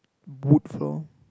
wood floor